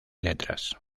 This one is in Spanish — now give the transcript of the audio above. letras